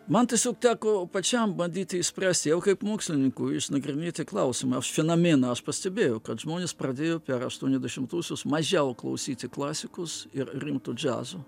man tiesiog teko pačiam bandyti išspręsti jau kaip mokslininkui išnagrinėti klausimą fenomeną aš pastebėjau kad žmonės pradėjo per aštuoniasdešimtuosius mažiau klausyti klasikos ir rimto džiazo